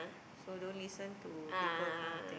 so don't listen to people kind of thing